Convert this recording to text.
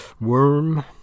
Worm